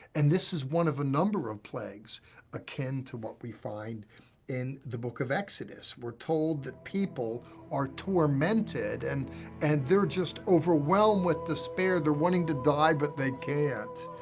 and this is one of a number of plagues akin to what we find in the book of exodus. we're told that people are tormented. and and they're just overwhelmed with despair. they're wanting to die, but they can't.